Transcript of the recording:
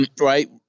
right